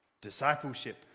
discipleship